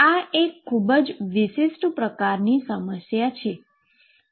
આ એક ખુબ જ વિશિષ્ટ પ્રકારની સમસ્યા છે